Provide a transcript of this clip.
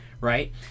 Right